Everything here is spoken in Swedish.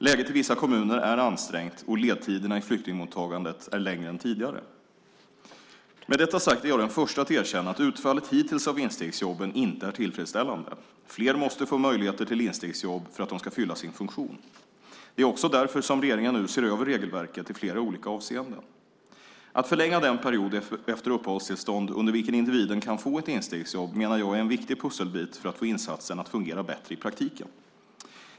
Läget i vissa kommuner är ansträngt och ledtiderna i flyktingmottagandet är längre än tidigare. Med detta sagt är jag den förste att erkänna att utfallet hittills av instegsjobben inte är tillfredsställande. Fler måste få möjligheter till instegsjobb för att dessa ska fylla sin funktion. Det är också därför som regeringen nu ser över regelverket i flera olika avseenden. Att förlänga den period efter uppehållstillstånd under vilken individen kan få ett instegsjobb menar jag är en viktig pusselbit för att få insatsen att fungera bättre i praktiken.